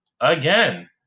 again